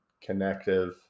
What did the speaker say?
connective